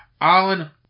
Alan